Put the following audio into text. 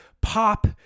pop